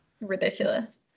Ridiculous